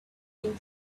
been